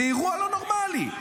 זה אירוע לא נורמלי.